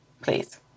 please